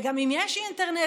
וגם אם יש אינטרנט,